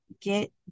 Get